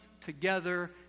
together